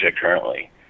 currently